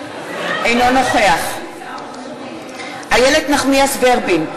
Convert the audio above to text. אינו נוכח איילת נחמיאס ורבין,